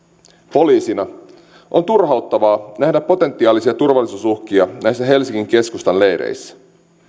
poliisina on turhauttavaa nähdä potentiaalisia turvallisuusuhkia näissä helsingin keskustan leireissä